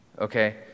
Okay